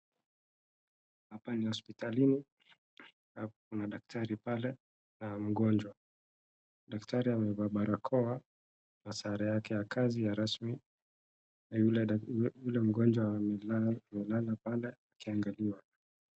Hapa ni hospitalini alafu kuna daktari pale na mgonjwa daktari amevaa barakoa na sare yake ya kazi ya rasmi na yule mgonjwa amelala pale akiangaliwa.